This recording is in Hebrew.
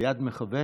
ביד מכוון,